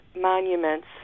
monuments